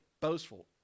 boastful